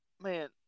man